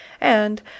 and